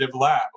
lab